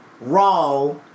Raw